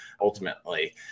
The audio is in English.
ultimately